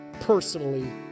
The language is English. personally